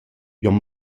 jon